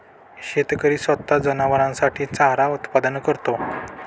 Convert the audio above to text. शेतकरी स्वतः जनावरांसाठी चारा उत्पादन करतो